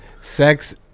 Sex